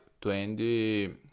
twenty